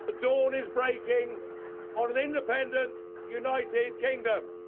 but dawn is breaking on an independent united kingdom.